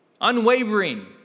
Unwavering